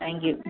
thank you